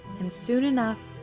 and soon enough,